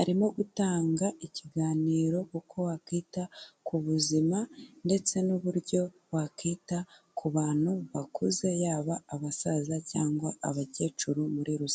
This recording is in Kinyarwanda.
arimo gutanga ikiganiro uko wakwita ku buzima ndetse n'uburyo wakwita kubantu bakuze yaba abasaza cyangwa abakecuru muri rusange.